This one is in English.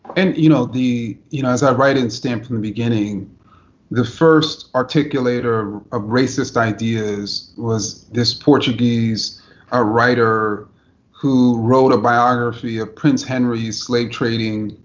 and, you know you know, as i write in stamped from the beginning the first articulator of racist ideas was this portuguese ah writer who wrote a biography of prince henry's slave trading,